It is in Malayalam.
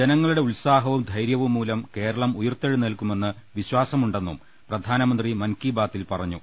ജനങ്ങളുടെ ഉത്സാഹവും ധൈര്യവും മൂലം കേരളം ഉയർത്തെഴുന്നേൽക്കുമെന്ന് വിശ്വാസമു ണ്ടെന്നും പ്രധാനമന്ത്രി മൻ കി ബാത്തിൽ പറഞ്ഞു